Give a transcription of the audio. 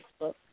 Facebook